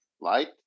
light